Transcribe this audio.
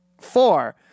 four